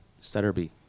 Sutterby